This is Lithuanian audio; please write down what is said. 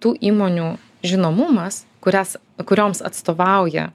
tų įmonių žinomumas kurias kurioms atstovauja